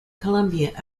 colombia